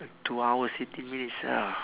two hours eighteen minutes ya